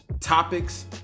topics